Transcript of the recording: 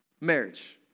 marriage